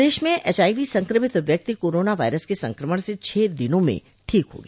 प्रदेश में एचआईवी संक्रमित व्यक्ति कोरोना वायरस के संक्रमण से छह दिनों में ठीक हो गया